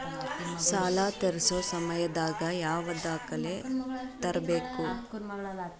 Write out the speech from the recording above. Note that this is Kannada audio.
ಸಾಲಾ ತೇರ್ಸೋ ಸಮಯದಾಗ ಯಾವ ದಾಖಲೆ ತರ್ಬೇಕು?